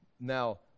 Now